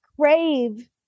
crave